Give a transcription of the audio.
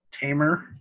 tamer